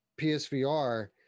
psvr